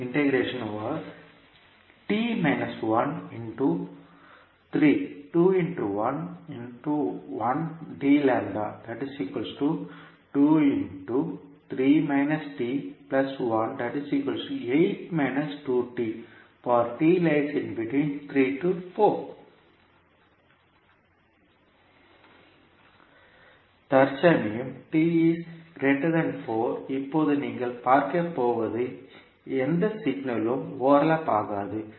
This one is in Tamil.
எனவே தற்சமயம் இப்போது நீங்கள் பார்க்கப் போவது எந்த சிக்னலும் ஓவர்லேப் ஆகாது அது